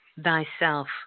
thyself